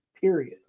period